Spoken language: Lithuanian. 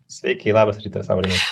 sveiki labas rytas aurimai